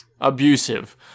abusive